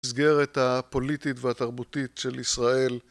מסגרת הפוליטית והתרבותית של ישראל